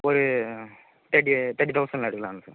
ஒரு thirty thirty தௌசண்ட்ல எடுக்கலான்னு சார்